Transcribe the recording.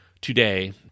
today